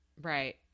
Right